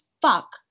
fuck